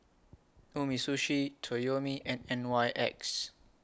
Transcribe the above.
Umisushi Toyomi and N Y X